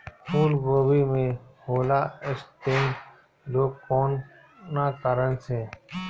फूलगोभी में होला स्टेम रोग कौना कारण से?